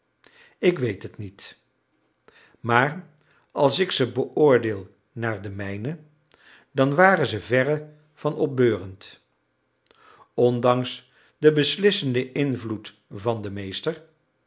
ik weet het niet maar als ik ze beoordeel naar de mijne dan waren ze verre van opbeurend ondanks den beslissenden invloed van den meester